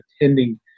attending